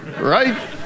right